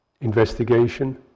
investigation